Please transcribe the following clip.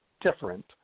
different